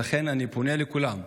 ולכן אני פונה לכולם,